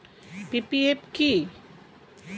PPF কি?